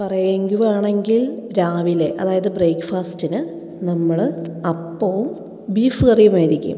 പറ എങ്കിലും ആണെങ്കില് രാവിലെ അതായത് ബ്രേക്ക് ഫാസ്റ്റിന് നമ്മൾ അപ്പവും ബീഫ് കറിയുമായിരിക്കും